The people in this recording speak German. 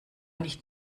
nicht